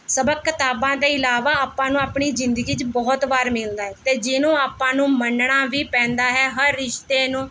ਸਬਕ ਕਿਤਾਬਾਂ ਤੋਂ ਇਲਾਵਾ ਆਪਾਂ ਨੂੰ ਆਪਣੀ ਜ਼ਿੰਦਗੀ 'ਚ ਬਹੁਤ ਵਾਰ ਮਿਲਦਾ ਏ ਅਤੇ ਜਿਹਨੂੰ ਆਪਾਂ ਨੂੰ ਮੰਨਣਾ ਵੀ ਪੈਂਦਾ ਹੈ ਹਰ ਰਿਸ਼ਤੇ ਨੂੰ